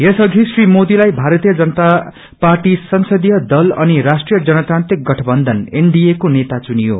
यस अघि श्री मोदीलाई भारतीय जनता पार्टी संसदीय दल अनि राष्ट्रिय जनतांत्रिक गठबन्धन को नेता चुनियो